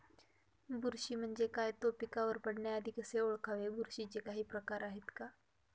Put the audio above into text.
बुरशी म्हणजे काय? तो पिकावर पडण्याआधी कसे ओळखावे? बुरशीचे काही प्रकार आहेत का?